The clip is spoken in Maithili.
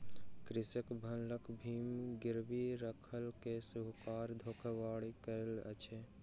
कृषक सभक भूमि गिरवी राइख के साहूकार धोखाधड़ी करैत अछि